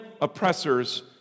oppressors